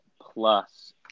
plus